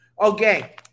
Okay